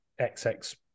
XX